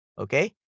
Okay